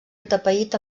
atapeït